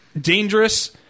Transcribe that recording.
dangerous